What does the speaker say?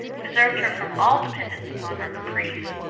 preserved her from all dependence upon her caprice,